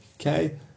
Okay